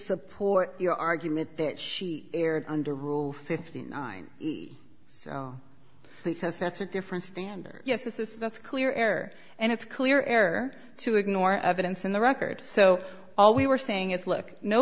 support your argument that she erred under rule fifty nine he says that's a different standard yes this is that's clear air and it's clear air to ignore evidence in the record so all we were saying is look no